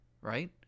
right